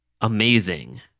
amazing